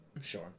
Sure